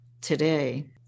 today